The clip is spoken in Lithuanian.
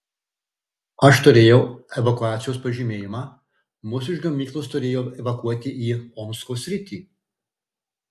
aš turėjau evakuacijos pažymėjimą mus iš gamyklos turėjo evakuoti į omsko sritį